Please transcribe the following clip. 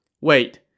Wait